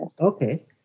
okay